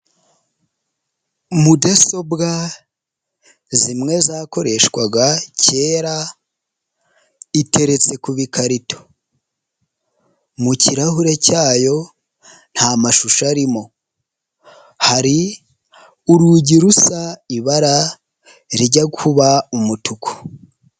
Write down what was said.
Mudasobwa zimwe zakoreshwaga kera iteretse ku bikarito, mu kirahure cyayo nta mashusho, arimo hari urugi rusa ibara rijya kuba umutuku.